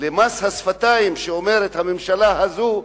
מס השפתיים של הממשלה הזאת,